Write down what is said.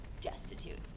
destitute